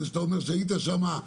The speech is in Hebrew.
שאתה אומר שהיית שם,